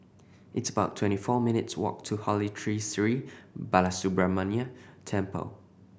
it's about twenty four minutes' walk to Holy Tree Sri Balasubramaniar Temple